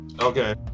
okay